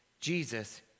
Jesus